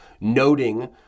noting